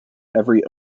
every